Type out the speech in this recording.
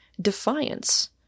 defiance